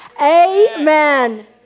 amen